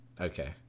okay